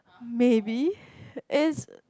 maybe is